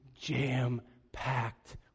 jam-packed